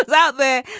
ah out there